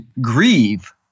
grieve